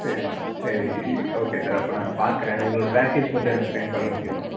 சரி தான் சரி ஓகே சார் அப்போ நான் பார்க்கறேன் உங்களோடய பேக்கேஜ் மட்டும் எனக்கு செண்ட் பண்ண முடியுமா